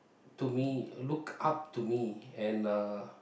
to me look up to me and uh